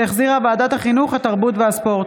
שהחזירה ועדת החינוך, התרבות והספורט.